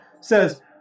says